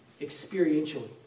experientially